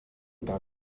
par